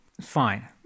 fine